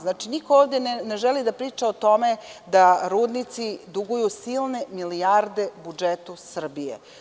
Znači, niko ovde ne želi da priča o tome da rudnici duguju silne milijarde budžetu Srbije.